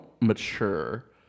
mature